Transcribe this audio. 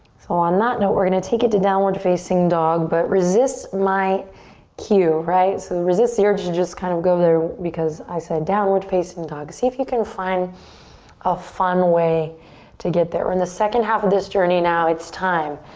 so on that note, we're gonna take it to downward facing dog but resists my cue. right? so resist the urge to just kind of go there because i said downward facing dog. see if you can find a fun way to get there. we're in the second half of this journey now, it's time.